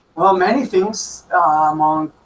well many things ah among